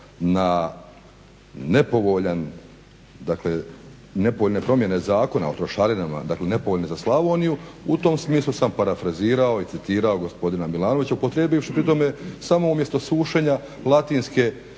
nepovoljne promjene Zakona o trošarinama dakle nepovoljne za Slavoniju u tom smislu sam parafrazirao i citirao gospodina Milanovića upotrijebivši pri tome samo umjesto sušenja latinske